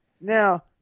Now